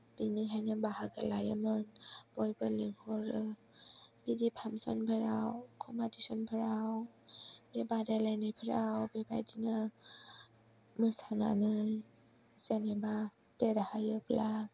बिनिखायनो बाहागो लायोमोन बयबो लिंहरो बिदि फांसन फोराव कम्पिटिसन फोराव बे बादायलायनायफोराव बेबायदिनो मोसानानै जेनेबा देरहायोब्ला